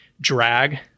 drag